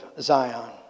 Zion